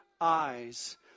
eyes